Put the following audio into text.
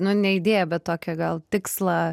nu ne idėją bet tokią gal tikslą